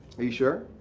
are you sure?